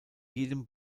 jedem